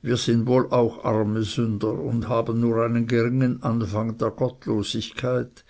wir sind wohl auch arme sünder und haben nur einen geringen anfang der gottseligkeit